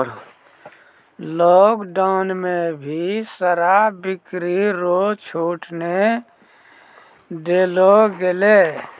lockdown मे भी शराब बिक्री रो छूट नै देलो गेलै